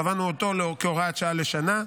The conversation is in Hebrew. קבענו אותו כהוראת שעה לשנה,